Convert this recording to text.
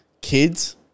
Kids